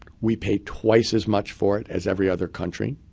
we pay twice as much for it as every other country.